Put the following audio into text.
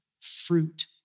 fruit